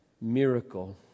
miracle